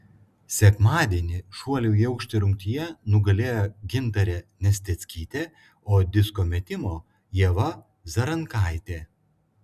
sekmadienį šuolių į aukštį rungtyje nugalėjo gintarė nesteckytė o disko metimo ieva zarankaitė